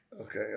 Okay